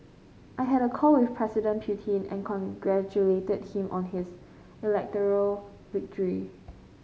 I had a call with President Putin and congratulated him on his electoral victory